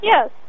Yes